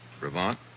Bravant